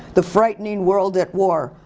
the frightening world at war.